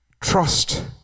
Trust